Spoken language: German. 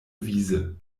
wiese